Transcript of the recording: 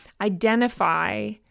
identify